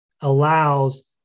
allows